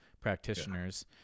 practitioners